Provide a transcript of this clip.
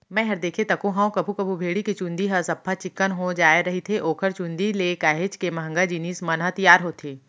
मैंहर देखें तको हंव कभू कभू भेड़ी के चंूदी ह सफ्फा चिक्कन हो जाय रहिथे ओखर चुंदी ले काहेच के महंगा जिनिस मन ह तियार होथे